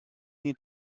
need